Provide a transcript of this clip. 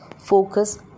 focus